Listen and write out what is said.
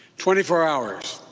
twenty four hours,